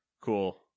cool